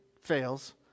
fails